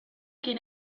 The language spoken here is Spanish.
quien